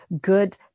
good